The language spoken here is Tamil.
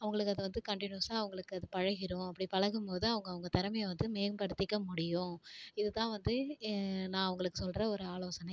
அவங்களுக்கு அது வந்து கண்டினியூஸாக அவங்களுக்கு அது பழகிரும் அப்படி பழகும் போது அவங்க அவங்க திறமைய வந்து மேம்படுத்திக்க முடியும் இதுதான் வந்து நான் அவங்களுக்கு சொல்கிற ஒரு ஆலோசனை